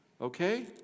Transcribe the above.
Okay